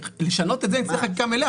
לשנות את זה צריך חקיקה מלאה,